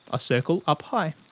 a circle up high.